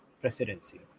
Presidency